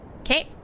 Okay